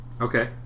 Okay